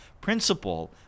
principle